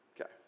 Okay